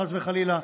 חס וחלילה,